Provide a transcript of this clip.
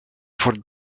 voor